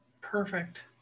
Perfect